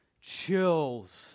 chills